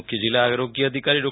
મુખ્ય જિલ્લા આરોગ્ય અધિકારી ડો